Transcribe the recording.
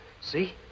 see